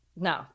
No